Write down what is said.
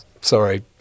sorry